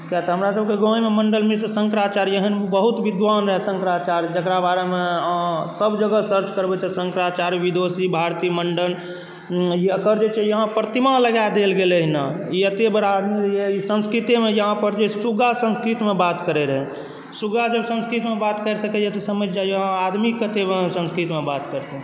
किया तऽ हमरा सब के गाँवे मे मंडन मिश्र शंकराचार्य एहन बहुत विद्वान् रहै शंकराचार्य जकरा बारे मे सब जगह सर्च करबै तऽ शंकराचार्य विदुषी भारती मंडन अतय जे छै यहाँ प्रतिमा लगाय देल गेलैहं ई एते बड़ा आदमी रहै संस्कृते मे यहाँ पर सुगा संस्कृत मे बात करै रहै सुगा जब संस्कृत मे बात करि सकैया तऽ समझ जाइयौ आहाँ आदमी कते संस्कृत मे बात करैत हेतै